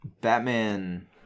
Batman